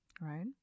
right